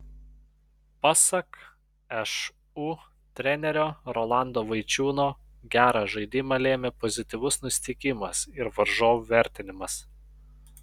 pasak šu trenerio rolando vaičiūno gerą žaidimą lėmė pozityvus nusiteikimas ir varžovų vertinimas